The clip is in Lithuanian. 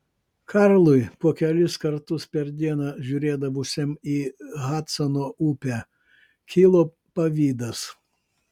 karlui po kelis kartus per dieną žiūrėdavusiam į hadsono upę kilo pavydas